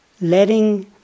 Letting